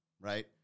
right